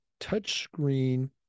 touchscreen